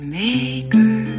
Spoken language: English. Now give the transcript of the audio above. maker